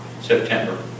September